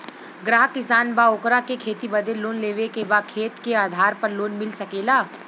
ग्राहक किसान बा ओकरा के खेती बदे लोन लेवे के बा खेत के आधार पर लोन मिल सके ला?